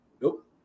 nope